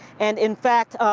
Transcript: and in fact,